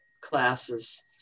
classes